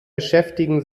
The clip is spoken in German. beschäftigen